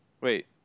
Wait